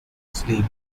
sleep